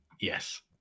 yes